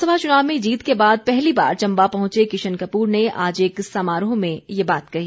लोकसभा चुनाव में जीत के बाद पहली बार चम्बा पहुंचे किशन कपूर ने आज एक समारोह में ये बात कही